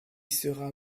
sera